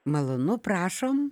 malonu prašom